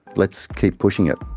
let's keep pushing it,